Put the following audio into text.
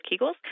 Kegels